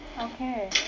Okay